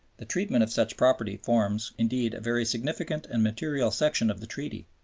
the treatment of such property forms, indeed, a very significant and material section of the treaty,